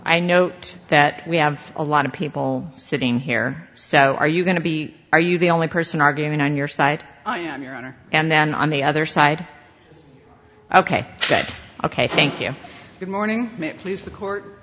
i note that we have a lot of people sitting here so are you going to be are you the only person arguing on your side i am your honor and then on the other side ok ok ok thank you good morning please the court